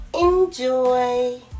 Enjoy